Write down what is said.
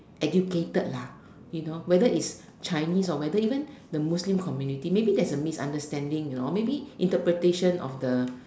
educated lah you know whether is Chinese or whether or even the Muslim community maybe there's a misunderstanding you know maybe interpretation of the